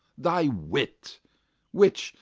thy wit which,